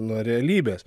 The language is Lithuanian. nuo realybės